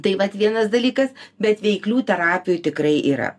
tai vat vienas dalykas bet veiklių terapijų tikrai yra